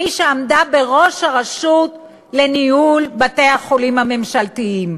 מי שעמדה בראש רשות בתי-החולים הממשלתיים.